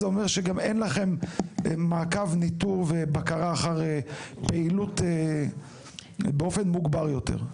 זה אומר שגם אין לכם מעקב ניטור ובקרה אחר פעילות באופן מוגבר יותר.